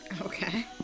Okay